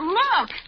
look